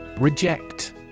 Reject